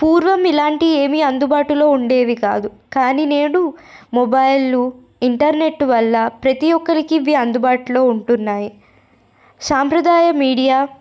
పూర్వం ఇలాంటి ఏమి అందుబాటులో ఉండేవి కాదు కానీ నేడు మోబైళ్ళు ఇంటర్నెట్ వల్ల ప్రతీ ఒక్కళ్ళకి ఇవి అందుబాటులో ఉంటున్నాయి సాంప్రదాయ మీడియా